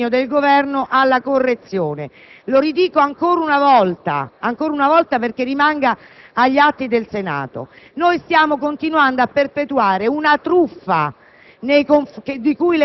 che ci sia l'impegno del Governo alla correzione. Lo dico ancora una volta perché rimanga agli atti del Senato. Stiamo continuando a perpetuare una truffa,